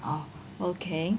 oh okay